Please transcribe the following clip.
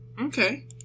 Okay